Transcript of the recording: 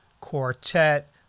Quartet